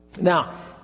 Now